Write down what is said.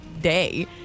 day